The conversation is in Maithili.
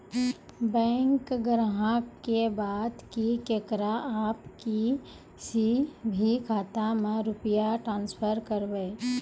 बैंक ग्राहक के बात की येकरा आप किसी भी खाता मे रुपिया ट्रांसफर करबऽ?